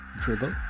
dribble